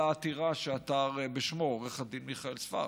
העתירה שעתר בשמו עורך הדין מיכאל ספרד.